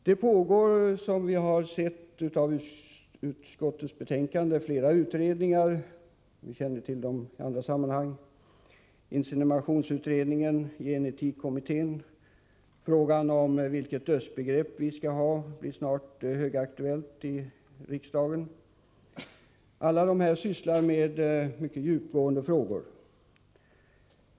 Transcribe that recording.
Det pågår som vi sett av utskottsbetänkandet flera utredningar — vi känner till dem från andra sammanhang: inseminationsutredningen, gen-etikkommittén, utredningen av frågan om vilket dödsbegrepp vi skall ha, en fråga som snart blir högaktuell i riksdagen. Alla dessa utredningar sysslar med mycket djupgående frågor.